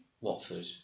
Watford